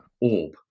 orb